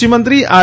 કૃષિ મંત્રી આર